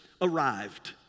arrived